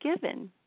given